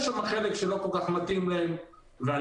יש שם חלק שלא כל כך מתאים להם ואני